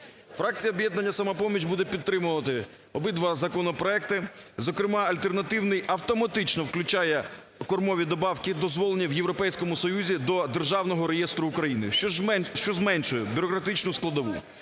Фракція "Об'єднання "Самопоміч" буде підтримувати обидва законопроекти. Зокрема, альтернативний автоматично включає кормові добавки, дозволені в Європейському Союзі, до Державного реєстру України, що зменшує бюрократичну складову.